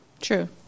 True